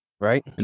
Right